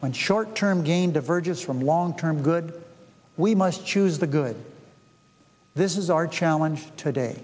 when short term gain divergence from long term good we must choose the good this is our challenge today